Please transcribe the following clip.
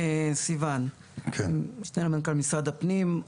אני משנה למנכ"ל משרד הפנים.